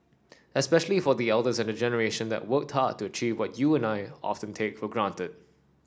especially for the elder and the generation that worked hard to achieve what you and I often take for granted